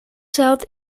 south